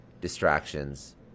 distractions